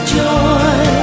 joy